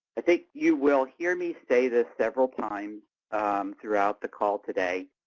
i think you will hear me say this several times throughout the call today,